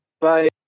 bye